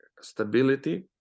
stability